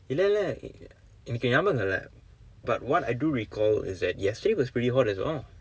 இல்லை இல்லை எனக்கு ஞாபகம் இல்லை:illai illai enakku ngaabakam illai but what I do recall is that yesterday was pretty hot as well